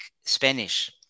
Spanish